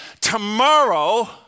Tomorrow